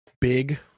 big